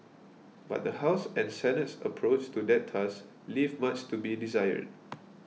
but the House and Senate's approach to that task leave much to be desired